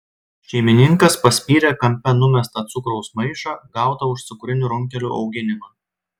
šeimininkas paspyrė kampe numestą cukraus maišą gautą už cukrinių runkelių auginimą